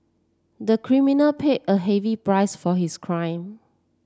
the criminal paid a heavy price for his crime